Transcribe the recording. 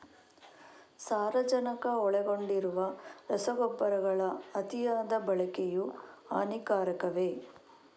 ಸಾರಜನಕ ಒಳಗೊಂಡಿರುವ ರಸಗೊಬ್ಬರಗಳ ಅತಿಯಾದ ಬಳಕೆಯು ಹಾನಿಕಾರಕವೇ?